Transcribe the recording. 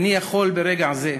איני יכול ברגע זה,